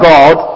God